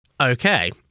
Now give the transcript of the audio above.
Okay